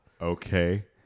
Okay